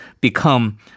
become